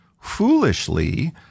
foolishly